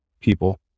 people